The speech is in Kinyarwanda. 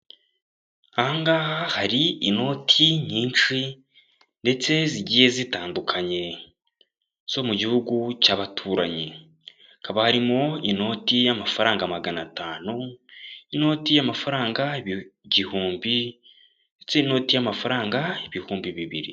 Aha ngaha hari inoti nyinshi ndetse zigiye zitandukanye zo mu gihugu cy'abaturanyi hakaba harimo inoti y'amafaranga magana atanu, inoti y'amafaranga igihumbi ndetse n'inoti y'amafaranga ibihumbi bibiri.